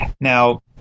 Now